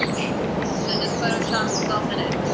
ah oh jeeze so just photoshop yourself in it.